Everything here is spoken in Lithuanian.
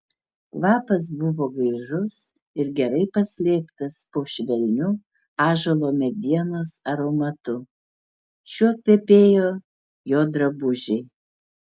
kvapas buvo gaižus ir gerai paslėptas po švelniu ąžuolo medienos aromatu šiuo kvepėjo jo drabužiai